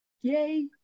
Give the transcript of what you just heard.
Yay